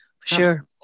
Sure